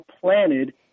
planted